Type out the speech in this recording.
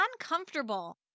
uncomfortable